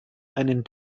einen